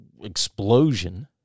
explosion